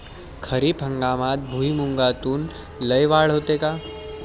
खरीप हंगामात भुईमूगात लई वाढ होते का?